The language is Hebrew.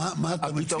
מה אתה מציע?